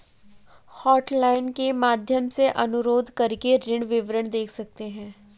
hotline के माध्यम से अनुरोध करके ऋण विवरण देख सकते है